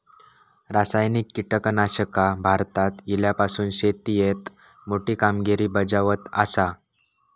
रासायनिक कीटकनाशका भारतात इल्यापासून शेतीएत मोठी कामगिरी बजावत आसा